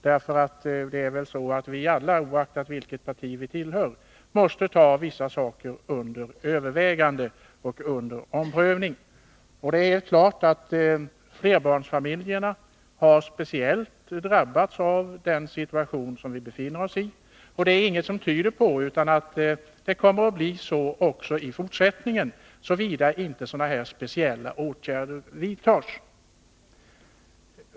Oavsett vilket parti vi tillhör är det väl så, att vi måste ta vissa saker under övervägande och omprövning. Det är klart att speciellt flerbarnsfamiljerna har drabbats av den situation som vi nu befinner oss i. Ingenting tyder på att det inte kommer att förbli på det sättet, såvida det inte vidtas speciella åtgärder.